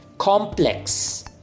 complex